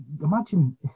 imagine